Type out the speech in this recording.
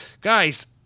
Guys